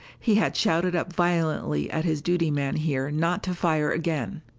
he had shouted up violently at his duty man here not to fire again.